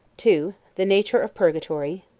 two. the nature of purgatory.